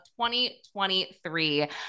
2023